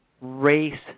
race